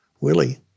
Willie